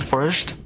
First